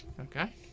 Okay